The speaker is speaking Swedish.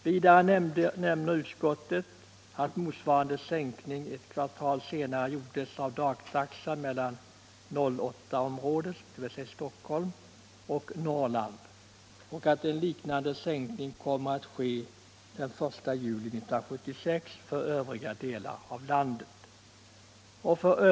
Vidare nämner utskottet att motsvarande sänkning ett kvartal senare gjordes av dagtaxan mellan 08-området, dvs. Stockholm, och Norrland och att en liknande sänkning kommer att ske den 1 juli 1976 för övriga delar av landet.